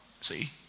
See